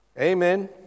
Amen